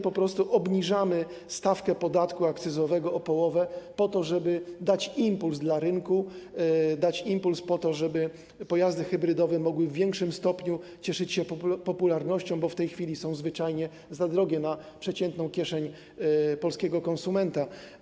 Po prostu obniżamy stawkę podatku akcyzowego o połowę, po to żeby dać rynkowi impuls, dać impuls, aby pojazdy hybrydowe mogły w większym stopniu cieszyć się popularnością, bo w tej chwili są zwyczajnie za drogie jak na przeciętną kieszeń polskiego konsumenta.